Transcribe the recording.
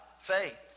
faith